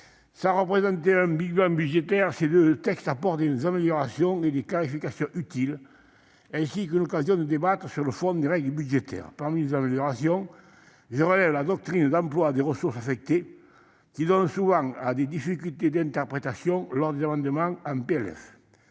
sans représenter un big-bang budgétaire, les deux textes que nous examinons apportent des améliorations et des clarifications utiles, ainsi qu'une occasion de débattre sur le fond des règles budgétaires. Parmi les améliorations, je relève la doctrine d'emploi des ressources affectées, qui donne souvent lieu à des difficultés d'interprétation lors de l'examen des